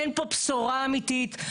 אין פה בשורה אמיתית,